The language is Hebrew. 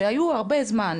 שהיו הרבה זמן,